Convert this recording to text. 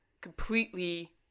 completely